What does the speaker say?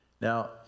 Now